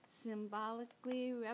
symbolically